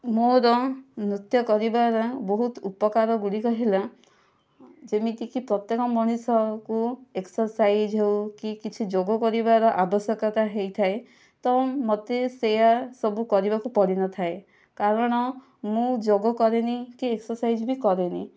ମୋର ନୃତ୍ୟ କରିବାର ବହୁତ ଉପକାର ଗୁଡ଼ିକ ହେଲା ଯେମିତିକି ପ୍ରତ୍ୟେକ ମଣିଷକୁ ଏକ୍ସରସାଇଜ୍ ହେଉ କି କିଛି ଯୋଗ କରିବାର ଆବଶ୍ୟକତା ହୋଇଥାଏ ତ ମତେ ସେୟା ସବୁ କରିବାକୁ ପଡ଼ିନଥାଏ କାରଣ ମୁଁ ଯୋଗ କରେନି କି ଏକ୍ସରସାଇଜ୍ ବି କରେନି